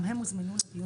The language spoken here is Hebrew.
גם הם הוזמנו להיום.